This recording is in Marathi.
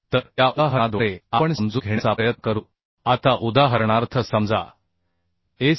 तर या उदाहरणाद्वारे आपण समजून घेण्याचा प्रयत्न करू आता उदाहरणार्थ समजा एस